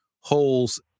holes